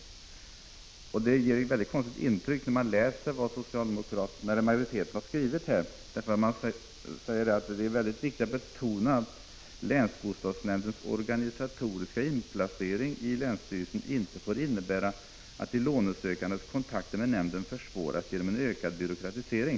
KR SROM NACKA förvaltning Det ger ett väldigt konstigt intryck när man läser vad utskottsmajoriteten har skrivit: ”Utskottet vill i sammanhanget betona vikten av att länsbostadsnämndens organisatoriska inplacering i länsstyrelsen inte får innebära att de lånesökandes kontakter med nämnden försvåras genom en ökad byråkratisering.